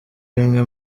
bimwe